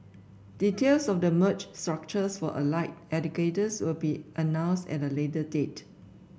details of the merged structures for allied educators will be announced at a later date